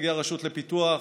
נציגי הרשות לפיתוח